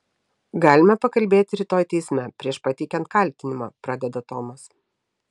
galime pakalbėti rytoj teisme prieš pateikiant kaltinimą pradeda tomas